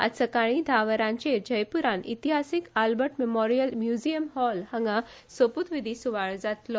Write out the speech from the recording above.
आयज सकाळीं धा वरांचेर जयपूरांत इतिहासीक आल्बर्ट मेमोरीएल म्यूजीयम हॉलांत सोपूतविधी सुवाळो जातलो